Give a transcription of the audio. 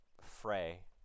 fray